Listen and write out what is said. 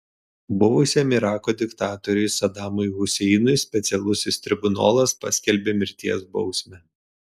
buvusiam irako diktatoriui sadamui huseinui specialusis tribunolas paskelbė mirties bausmę